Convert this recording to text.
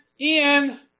Ian